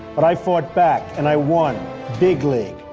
but i fought back, and i won big league.